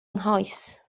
nghoes